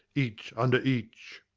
each under each.